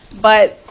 but